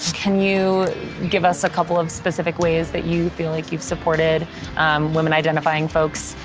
can you gives us a couple of specific ways that you feel like you've supported women-identifying folks,